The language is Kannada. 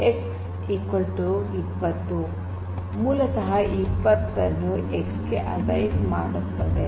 x 20 ಮೂಲತಃ 20 ನ್ನು x ಗೆ ಅಸೈನ್ ಮಾಡುತ್ತದೆ